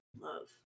love